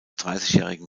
dreißigjährigen